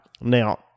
Now